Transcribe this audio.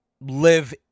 live